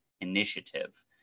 initiative